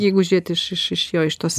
jeigu žiūrėti iš iš iš jo iš tos